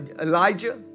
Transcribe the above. Elijah